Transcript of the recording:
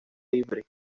livre